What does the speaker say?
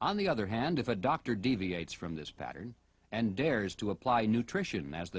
on the other hand if a doctor deviates from this pattern and dares to apply nutrition as the